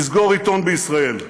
לסגור עיתון בישראל.